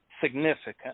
significant